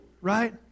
right